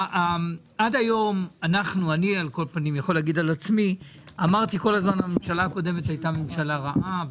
עד היום אמרתי כל הזמן שהממשלה הקודמת הייתה ממשלה רעה,